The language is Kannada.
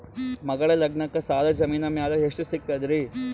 ಮಗಳ ಲಗ್ನಕ್ಕ ಸಾಲ ಜಮೀನ ಮ್ಯಾಲ ಎಷ್ಟ ಸಿಗ್ತದ್ರಿ?